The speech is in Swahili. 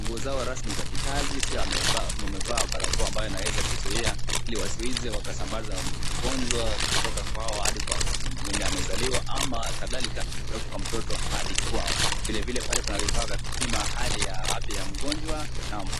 nguo zao rasmi za kikazi pia wamevaa barakoa ambayo inaweza kuzuia ili wasiweze wakasambaza ugonjwa kutoka kwao hadi kwa mwenye amezaliwa ama kadhalika kutoka kwa mtoto hadi kwao. Vilevile pale kuna vifaa vya kupima hali ya afya ya mgonjwa, naam.